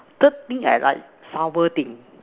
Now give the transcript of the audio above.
third thing I like sour thing